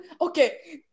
Okay